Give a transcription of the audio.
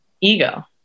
ego